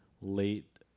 late